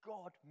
God